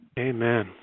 Amen